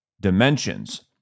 dimensions